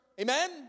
Amen